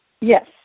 Yes